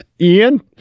Ian